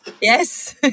Yes